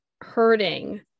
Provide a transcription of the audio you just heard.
hurting